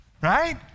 right